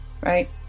right